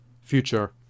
future